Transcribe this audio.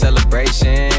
Celebration